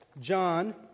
John